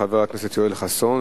חבר הכנסת יואל חסון,